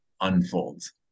unfolds